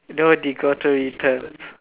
no returns